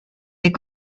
est